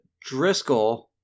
Driscoll